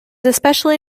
especially